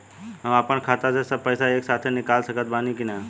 हम आपन खाता से सब पैसा एके साथे निकाल सकत बानी की ना?